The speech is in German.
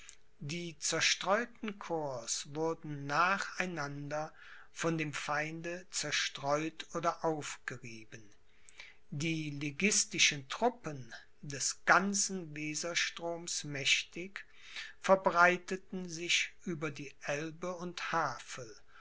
die zerstreuten corps wurden nach einander von dem feinde zerstreut oder aufgerieben die liguistischen truppen des ganzen weserstroms mächtig verbreiteten sich über die elbe und